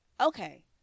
Okay